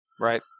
right